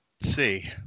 see